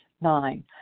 nine